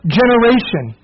generation